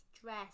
Dress